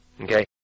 okay